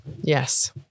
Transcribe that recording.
Yes